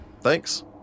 Thanks